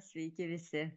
sveiki visi